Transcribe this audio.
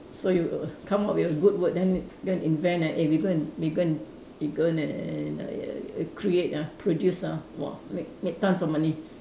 so you will come up with a good word then then invent eh we go and we go and we go and uh ya ah create ah produce ah !wah! make make tons of money